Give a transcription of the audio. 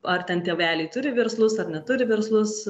ar ten tėveliai turi verslus ar neturi verslus